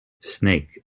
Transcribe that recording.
snake